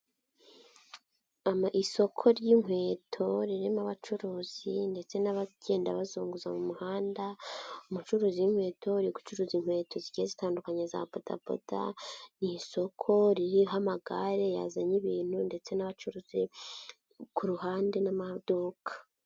Isoko ry'inkweto ririmo abacuruzi ndetse n'abagenda bazunguza mu muhanda, umucuruzi w'inkweto uri ucuruza inkweto zigiye zitandukanye za bodaboda, ni isoko ririho amagare yazanye ibintu ndetse n'abacuruza ku ruhande n'amaduka.